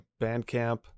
Bandcamp